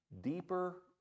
deeper